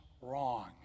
wrong